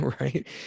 right